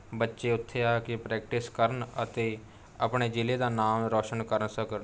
ਬੱਚੇ ਉੱਥੇ ਆ ਕੇ ਪ੍ਰੈਕਟਿਸ ਕਰਨ ਅਤੇ ਆਪਣੇ ਜ਼ਿਲ੍ਹੇ ਦਾ ਨਾਮ ਰੋਸ਼ਨ ਕਰ ਸਕਣ